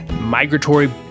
migratory